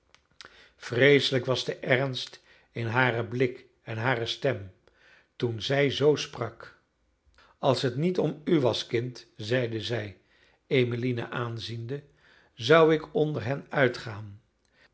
vreeselijk was de ernst in haren blik en hare stem toen zij zoo sprak als het niet om u was kind zeide zij emmeline aanziende zou ik onder hen uitgaan